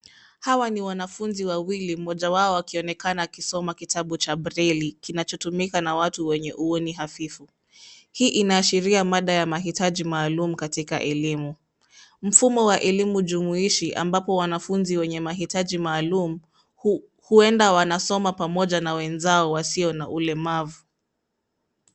Hawa ni wanafunzi wawili, mmoja wao akionekana akisoma kitabu cha breli kinachotumika na watu wenye uoni hafifu. Hii inashiria mada ya mahitaji maalum katika elimu. Mfumo wa elimu jumuishi ambapo wanafunzi wenye mahitaji maalum huenda wanasoma pamoja na wenzao wasio na ulemavu.